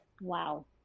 Wow